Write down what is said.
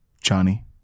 Johnny